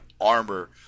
armor